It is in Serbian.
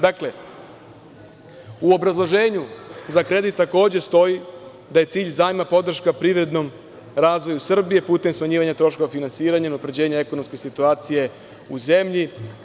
Dakle, u obrazloženju za kredit takođe stoji da je cilj zajma podrška privrednom razvoju Srbije putem smanjivanja troškova finansiranja i unapređenja ekonomske situacije u zemlji.